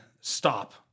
stop